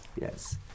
yes